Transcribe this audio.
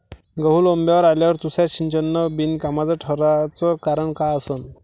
गहू लोम्बावर आल्यावर तुषार सिंचन बिनकामाचं ठराचं कारन का असन?